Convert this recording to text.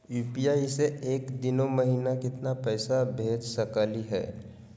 UPI स एक दिनो महिना केतना पैसा भेज सकली हे?